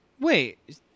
Wait